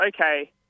Okay